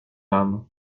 âme